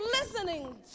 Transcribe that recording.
listening